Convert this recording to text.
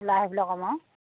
ওলাই আহিবলৈ কম আৰু